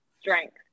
strength